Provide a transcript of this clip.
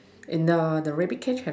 in the the rabbit cage have